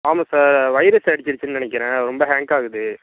ஆமாம் sir virus அடிச்சுருச்சுனு நினைக்குறேன் ரொம்ப ஹேங்க் ஆகுது